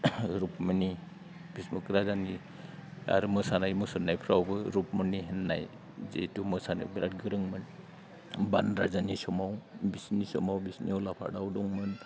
रुकमिनि भीस्म'क राजानि आरो मोसानाय मुसुरनायफ्रावबो रुकमिनि होननाय जितु मोसानो बिराद गोरोंमोन बान राजानि समाव बिसिनि समाव बिसिनि उलाफादाव दंमोन